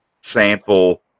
sample